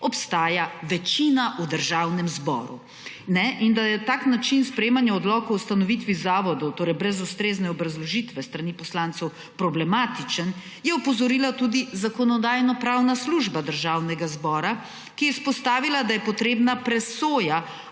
obstaja večina v Državnem zboru. Da je tak način sprejemanja odlokov o ustanovitvi zavodov, torej brez ustrezne obrazložitve, s strani poslancev problematičen, je opozorila tudi Zakonodajno-pravna služba Državnega zbora, ki je izpostavila, da je potrebna presoja